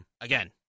Again